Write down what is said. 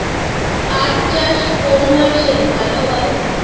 পাট চাষ কোন মাসে ভালো হয়?